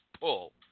pull